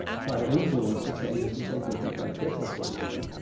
try to influence the changes we think would be beneficial for eastern,